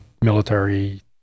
military